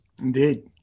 indeed